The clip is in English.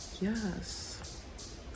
Yes